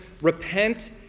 repent